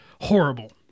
Horrible